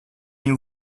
you